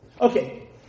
Okay